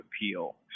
appeal